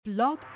Blog